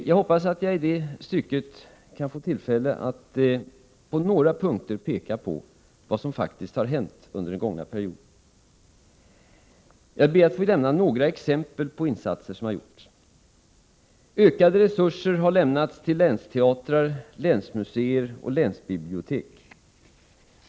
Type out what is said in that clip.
Jag hoppas att jagi det stycket kan få tillfälle att på några punkter peka på vad som faktiskt har hänt under den gångna perioden. Jag ber att få lämna några exempel på insatser som har gjorts: Ökade resurser har lämnats till länsteatrar, länsmuseer och länsbibliotek.